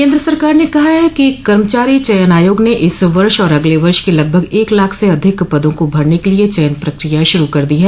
केन्द्र सरकार ने कहा है कि कर्मचारी चयन आयोग ने इस वर्ष और अगले वर्ष के लगभग एक लाख से अधिक पदों को भरने के लिए चयन प्रक्रिया शुरू कर दी है